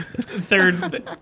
Third